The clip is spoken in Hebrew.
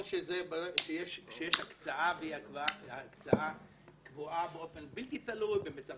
או שיש הקצאה קבועה באופן בלתי תלוי במצב